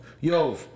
Yo